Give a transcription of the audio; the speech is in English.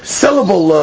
syllable